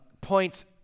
points